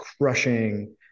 crushing